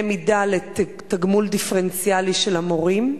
מידה לתגמול הדיפרנציאלי של המורים?